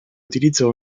utilizzano